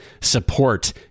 support